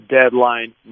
deadline